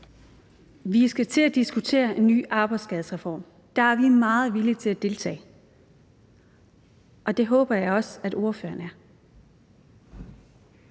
Vi skal til at diskutere en ny arbejdsskadesreform, og der er vi meget villige til at deltage, og det håber jeg også ordføreren er.